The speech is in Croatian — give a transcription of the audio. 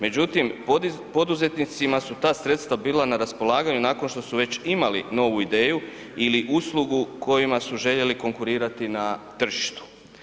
Međutim, poduzetnicima su ta sredstva bila na raspolaganju nakon što su već imali novu ideju ili uslugu kojima su željeli konkurirati na tržištu.